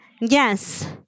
Yes